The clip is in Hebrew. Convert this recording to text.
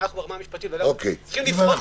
בהחלט